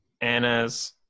Anna's